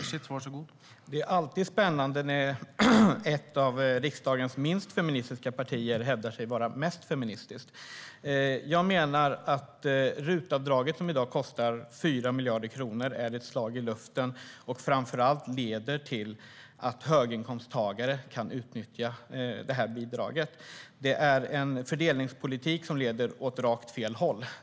Herr talman! Det är alltid spännande när ett av riksdagens minst feministiska partier hävdar sig vara mest feministiskt! Jag menar att RUT-avdraget, som i dag kostar 4 miljarder kronor, är ett slag i luften. Det är framför allt höginkomsttagare som kan utnyttja det här bidraget. Det är en fördelningspolitik som leder åt rakt fel håll.